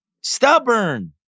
stubborn